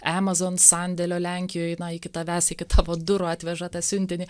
amazon sandėlio lenkijoj na iki tavęs iki tavo durų atveža tą siuntinį